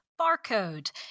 Barcode